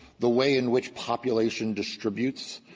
the way in which population distributes,